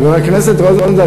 חבר הכנסת רוזנטל,